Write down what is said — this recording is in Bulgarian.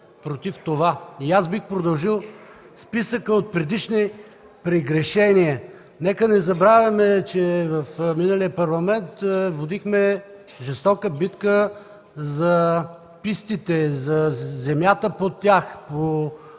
против това. Аз бих продължил списъка от предишни прегрешения. Нека не забравяме, че в миналия Парламент водихме жестока битка за пистите, за земята под тях в